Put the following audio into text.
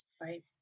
Right